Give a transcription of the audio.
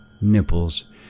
nipples